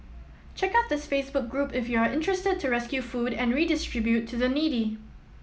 check out this Facebook group if you are interested to rescue food and redistribute to the needy